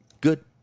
Good